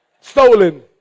Stolen